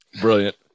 Brilliant